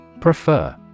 Prefer